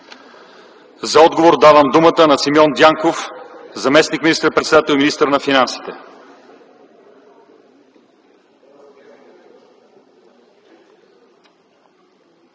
За отговор давам думата на Симеон Дянков – заместник министър-председател и министър на финансите.